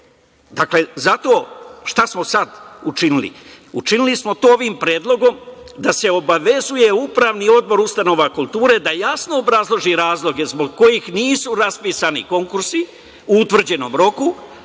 godine. Dakle, zato šta smo sad učinili? Učinili smo to ovim predlogom da se obavezuje upravni odbor ustanova kulture da jasno obrazloži razloge zbog kojih nisu raspisani konkursi u utvrđenom roku,